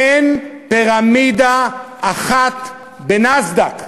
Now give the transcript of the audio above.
אין פירמידה אחת בנאסד"ק,